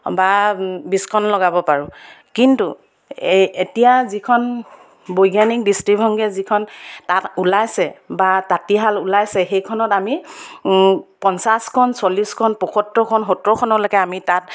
বা বিছখন লগাব পাৰোঁ কিন্তু এই এতিয়া যিখন বৈজ্ঞানিক দৃষ্টিভংগীৰে যিখন তাঁত ওলাইছে বা তাঁতীশাল ওলাইছে সেইখনত আমি পঞ্চাছখন চল্লিছখন পঁয়সত্তৰখন সত্তৰখনলৈকে আমি তাত